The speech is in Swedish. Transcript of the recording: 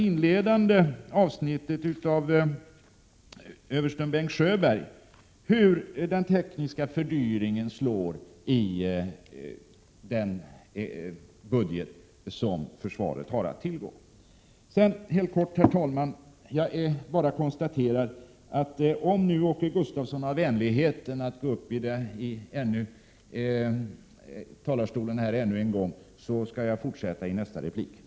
Skriften heter Vägvalsfrågor för armén och är utgiven av Kungliga krigsvetenskapsakademien. Den kom ut helt nyligen och finns säkert att skaffa för alla intresserade. Om Åke Gustavsson nu har vänligheten att ännu en gång gå upp i 43 talarstolen skall jag fortsätta i nästa replikomgång.